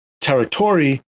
territory